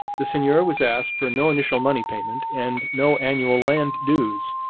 the seigneur was asked for no initial money payment and no annual land dues.